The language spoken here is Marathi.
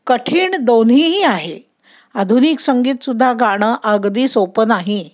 कठीण दोन्हीही आहे आधुनिक संगीतसुद्धा गाणं अगदी सोपं नाही